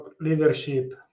leadership